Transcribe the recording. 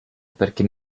perché